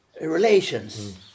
relations